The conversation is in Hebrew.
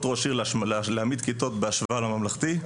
ראש עיר להעמיד כיתות בהשוואה לממלכתי,